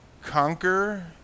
conquer